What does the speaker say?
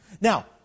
Now